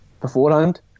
beforehand